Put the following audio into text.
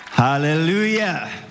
Hallelujah